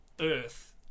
Earth